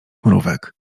mrówek